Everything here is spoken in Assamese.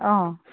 অঁ